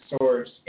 source